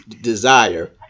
desire